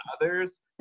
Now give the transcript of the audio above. others